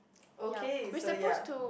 okay so ya